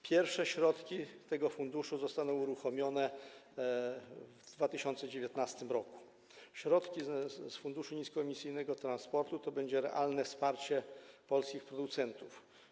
Pierwsze środki tego funduszu zostaną uruchomione w 2019 r. Środki z Funduszu Niskoemisyjnego Transportu będą stanowić realne wsparcie polskich producentów.